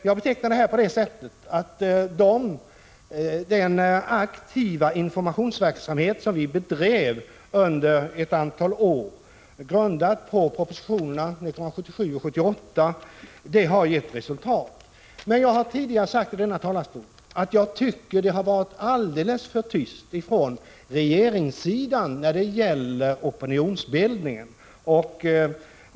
Jag betecknar detta på ett sådant sätt att den aktiva informationsverksamhet som vi bedrev under ett antal år grundad på propositionerna 1977 och 1978 har gett resultat. Men jag har från denna talarstol tidigare sagt att jag tycker att det har varit alldeles för tyst från regeringens sida när det gäller opinionsbildningen.